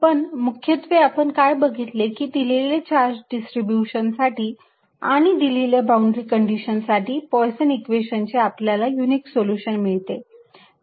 पण मुख्यत्वे आपण काय बघितले की दिलेल्या चार्ज डिस्ट्रीब्यूशन साठी आणि दिलेल्या बाउंड्री कंडीशन साठी पोयसन इक्वेशनचे आपल्याला युनिक सोल्युशन मिळते